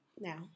now